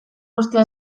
guztia